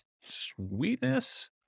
Sweetness